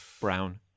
Brown